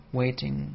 waiting